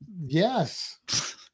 yes